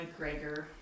McGregor